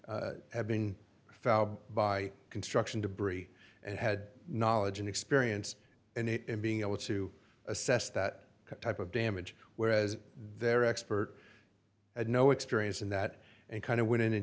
these have been felled by construction debris and had knowledge and experience in being able to assess that type of damage whereas their expert had no experience in that and kind of went in and